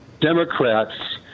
Democrats